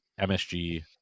MSG